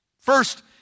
First